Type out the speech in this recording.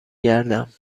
گردم